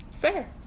Fair